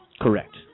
Correct